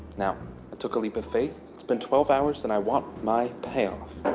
now i took a leap of faith, it's been twelve hours and i want my payoff.